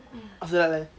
after that leh